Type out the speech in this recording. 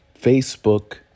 Facebook